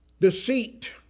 deceit